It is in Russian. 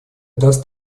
даст